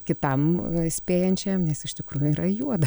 kitam spėjančiajam nes iš tikrųjų yra juoda